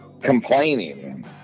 complaining